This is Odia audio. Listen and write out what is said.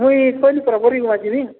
ମୁଇଁ କହିଲି ପରା